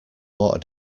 water